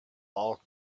bulk